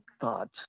thoughts